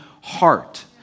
heart